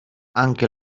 anche